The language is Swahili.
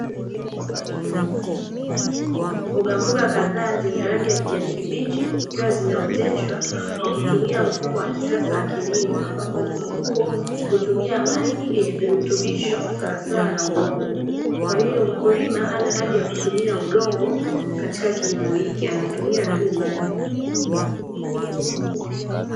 Mboga mboga kadhaa zenye rangi ya Kijani kibichi zikiwa zimeoteshwa kwa kutumia mfumo wa kisasa wa Kilimo, ambapo mfumo huo hutumia Maji yenye Virutubisho sawa sawa na Udongo, kwahiyo Mkulima hana haja ya kutumia Udongo katika Kilimo hiki anatumia tu Maji.